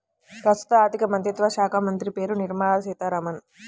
ప్రస్తుత ఆర్థికమంత్రిత్వ శాఖామంత్రి పేరు నిర్మల సీతారామన్